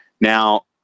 now